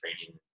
training